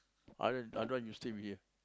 I don't want I don't want you still be here